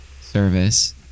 service